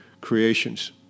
creations